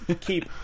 keep